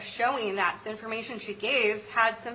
showing that the information she gave had some